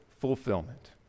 fulfillment